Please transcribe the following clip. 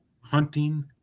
hunting